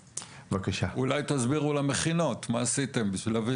אולי תסבירו למכינות מה עשיתם בשביל להביא